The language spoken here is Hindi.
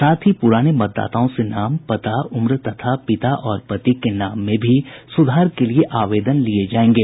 साथ ही पुराने मतदाताओं से नाम पता उम्र तथा पिता और पति के नाम में भी सुधार के लिये भी आवेदन लिये जायेंगे